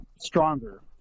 stronger